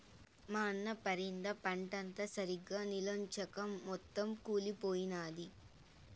మా అన్న పరింద పంటంతా సరిగ్గా నిల్చొంచక మొత్తం కుళ్లిపోయినాది